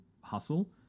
hustle